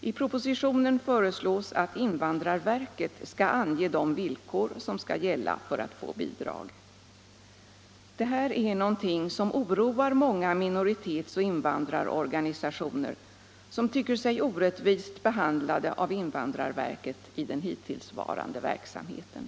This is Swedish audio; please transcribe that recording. I propositionen föreslås att invandrarverket skall ange de villkor som skall gälla för att bidrag skall kunna utgå. Detta är något som oroar Nr 80 många minoritetsoch invandrarorganisationer, som tycker sig orättvist Onsdagen den behandlade av invandrarverket i den hittillsvarande verksamheten.